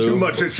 much,